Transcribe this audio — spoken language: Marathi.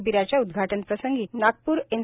शिबिराच्या उद्घाटन प्रसंगी नागप्र एन